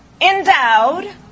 endowed